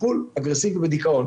טיפול אגרסיבי בדיכאון,